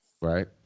right